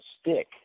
stick